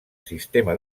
sistema